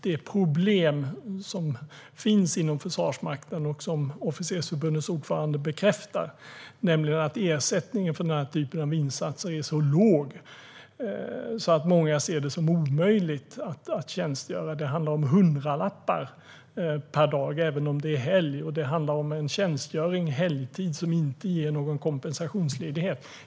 Det problem som finns inom Försvarsmakten och som Officersförbundets ordförande bekräftar är att ersättningen för den typen av insatser är så låg att många ser det som omöjligt att tjänstgöra. Det handlar om hundralappar per dag, även om det är helg, och det handlar om tjänstgöring helgtid som inte ger någon kompensationsledighet.